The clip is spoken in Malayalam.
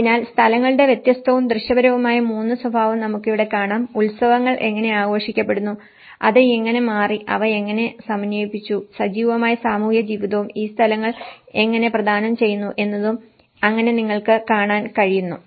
അതിനാൽ സ്ഥലങ്ങളുടെ വ്യത്യസ്തവും ദൃശ്യപരവുമായ 3 സ്വഭാവം നമുക്കിവിടെ കാണാം ഉത്സവങ്ങൾ എങ്ങനെ ആഘോഷിക്കപ്പെടുന്നു അത് എങ്ങനെ മാറി അവ എങ്ങനെ സമന്വയിപ്പിച്ചു സജീവമായ സാമൂഹിക ജീവിതവും ഈ സ്ഥലങ്ങൾ എങ്ങനെ പ്രദാനം ചെയ്യുന്നു എന്നതും അങ്ങനെ നിങ്ങൾക്ക് കാണാൻ കഴിയുന്നു